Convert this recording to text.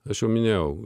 aš jau minėjau